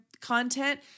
content